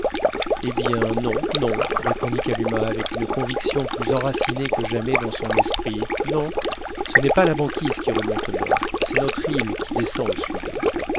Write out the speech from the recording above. eh bien non non répondit kalumah avec une conviction plus enracinée que jamais dans son esprit non ce n'est pas la banquise qui remonte au nord c'est notre île qui descend au sud